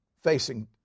facing